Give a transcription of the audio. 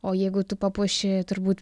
o jeigu tu papuoši turbūt